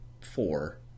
four